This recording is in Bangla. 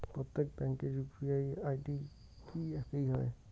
প্রত্যেক ব্যাংকের ইউ.পি.আই আই.ডি কি একই হয়?